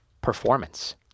performance